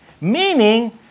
Meaning